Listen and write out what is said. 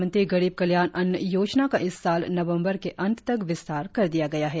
प्रधानमंत्री गरीब कल्याण अन्न योजना का इस साल नवम्बर के अंत तक विस्तार कर दिया गया है